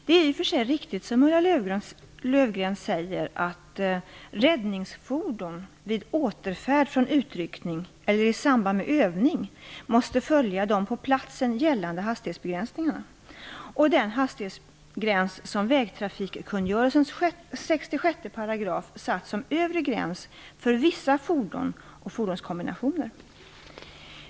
Det är i och för sig riktigt som Ulla Löfgren säger att räddningsfordon vid återfärd från utryckning eller i samband med övning måste följa den på platsen gällande hastighetsbegränsningen och den hastighetsgräns som vägtrafikkungörelsens 66 § satt som övre gräns för vissa fordon och fordonskombinationer.